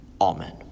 Amen